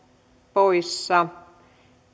poissa